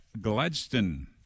Gladstone